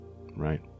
Right